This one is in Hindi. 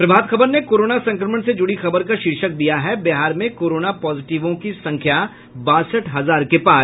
प्रभात खबर ने कोरोना संक्रमण से जुड़ी खबर का शीर्षक दिया है बिहार में कोरोना पॉजिटिवों की संख्या बासठ हजार के पार